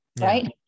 right